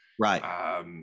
Right